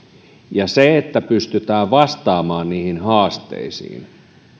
ja sen pohjalla että pystytään vastaamaan niihin haasteisiin